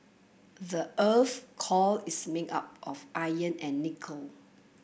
the earth core is made up of iron and nickel